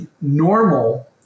normal